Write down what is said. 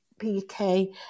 PK